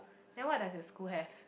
then what does your school have